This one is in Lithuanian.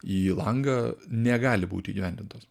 į langą negali būti įgyvendintos